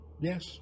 yes